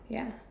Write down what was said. ya